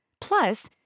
plus